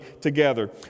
together